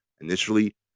initially